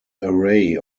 array